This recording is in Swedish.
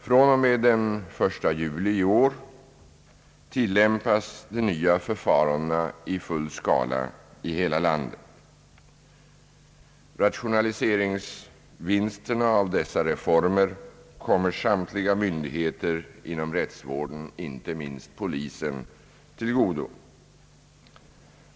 fr.o.m. den 1 juli i år tillämpas de nya förfarandena i full skala i hela landet. Rationaliseringsvinsterna av dessa reformer kommer samtliga myndigheter inom rättsvården, inte minst polisen, till godo.